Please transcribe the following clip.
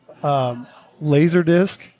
LaserDisc